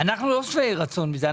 קובי, אנחנו לא שבעי רצון מזה.